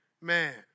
man